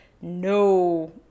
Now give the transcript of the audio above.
no